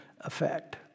effect